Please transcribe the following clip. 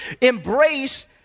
embrace